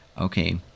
okay